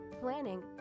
planning